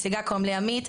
נציגה קוראים לי עמית,